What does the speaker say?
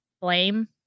blame